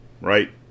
right